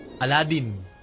Aladdin